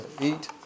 eat